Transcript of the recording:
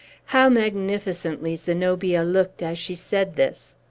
how magnificently zenobia looked as she said this!